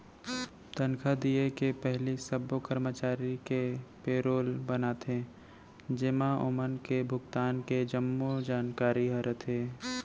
तनखा दिये के पहिली सब्बो करमचारी के पेरोल बनाथे जेमा ओमन के भुगतान के जम्मो जानकारी ह रथे